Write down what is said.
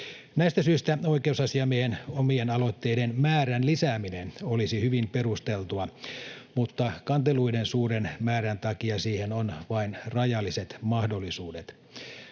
Näistä syistä oikeusasiamiehen omien aloitteiden määrän lisääminen olisi hyvin perusteltua, mutta kanteluiden suuren määrän takia siihen on vain rajalliset mahdollisuudet.